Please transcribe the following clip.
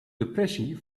depressie